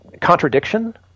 contradiction